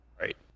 Right